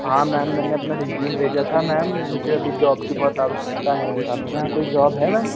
हाँ मैम मैंने अपना रिज़्यूम भेजा था मैम मुझे अभी जॉब की बहुत आवश्यकता है आपके यहाँ कोई जॉब है मैम